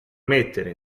mettere